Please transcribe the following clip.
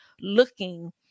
looking